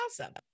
Awesome